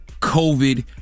COVID